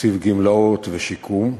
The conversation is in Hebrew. תקציב גמלאות ושיקום,